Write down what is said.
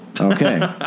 Okay